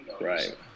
Right